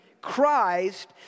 Christ